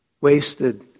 Wasted